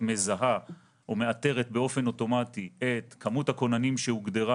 מזהה או מאתרת באופן אוטומטי את כמות הכוננים שהוגדרה,